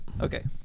Okay